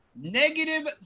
negative